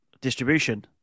distribution